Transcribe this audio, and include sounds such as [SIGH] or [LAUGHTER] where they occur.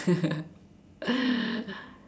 [LAUGHS]